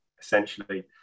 essentially